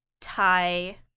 Thai